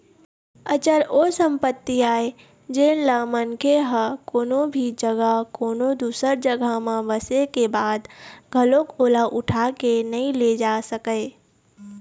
अचल ओ संपत्ति आय जेनला मनखे ह कोनो भी जघा कोनो दूसर जघा म बसे के बाद घलोक ओला उठा के नइ ले जा सकय